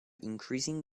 increasing